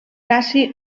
cassi